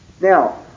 Now